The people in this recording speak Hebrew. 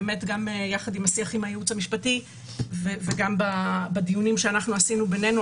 באמת גם יחד עם השיח עם הייעוץ המשפטי וגם בדיונים שאנחנו עשינו בינינו,